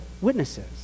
Witnesses